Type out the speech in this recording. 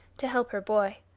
to help her boy.